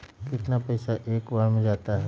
कितना पैसा एक बार में जाता है?